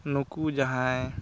ᱱᱩᱠᱩ ᱡᱟᱦᱟᱭ